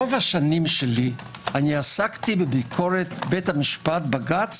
רוב השנים שלי עסקתי בביקורת בית המשפט בג"ץ